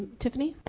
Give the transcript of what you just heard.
tiffany?